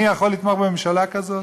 אני יכול לתמוך בממשלה כזאת?